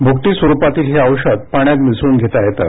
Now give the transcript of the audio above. भूकटी स्वरुपातील हे औषध पाण्यात मिसळून घेता येतं